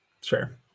sure